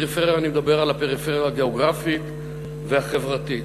אני מדבר על הפריפריה הגיאוגרפית והחברתית.